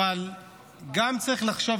אבל צריך לחשוב,